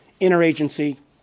interagency